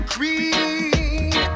Green